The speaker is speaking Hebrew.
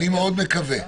אני מאוד מקווה.